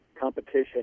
competition